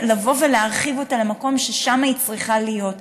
לבוא ולהרחיב אותה למקום ששם היא צריכה להיות,